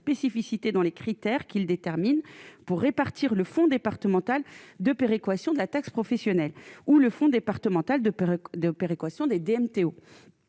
dans les critères qu'le détermine pour répartir le fonds départemental de péréquation de la taxe professionnelle ou le Fonds départemental de de péréquation des DMTO